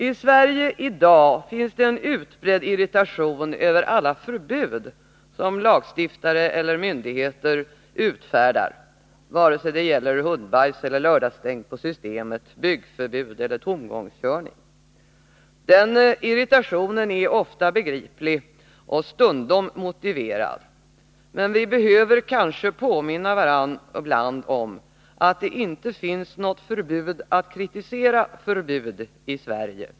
I Sverige i dag finns det en utbredd irritation över alla förbud som lagstiftare eller myndigheter utfärdar, vare sig det gäller hundbajs eller lördagsstängning på Systemet, byggförbud eller tomgångskörning. Den irritationen är ofta begriplig och stundom motiverad, men vi behöver kanske påminna varandra ibland om att det inte finns något förbud att kritisera förbud i Sverige.